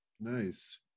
Nice